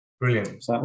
Brilliant